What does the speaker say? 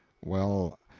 well,